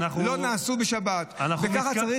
נשמעת היטב בפעם הראשונה,